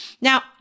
Now